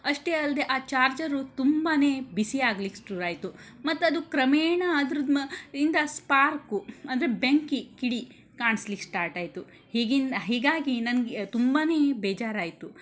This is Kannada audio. ಅಷ್ಟೇ ಅಲ್ಲದೆ ಆ ಚಾರ್ಜರು ತುಂಬಾ ಬಿಸಿಯಾಗ್ಲಿಕ್ಕೆ ಶುರುವಾಯ್ತು ಮತ್ತು ಅದು ಕ್ರಮೇಣ ಅದ್ರದ್ದು ಮ ಇಂದ ಸ್ಪಾರ್ಕು ಅಂದರೆ ಬೆಂಕಿ ಕಿಡಿ ಕಾಣ್ಸ್ಲಿಕ್ಕೆ ಸ್ಟಾರ್ಟಾಯಿತು ಹೀಗಿಂದ ಹೀಗಾಗಿ ನನ್ಗೆ ತುಂಬಾ ಬೇಜಾರಾಯಿತು